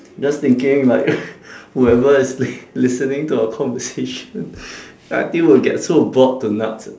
just thinking like whoever is li~ listening to our conversation I think will get so bored to nuts